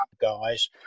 guys